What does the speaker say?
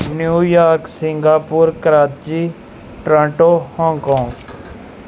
New York Singapore Karachi Toronto Hong Kong